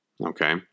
Okay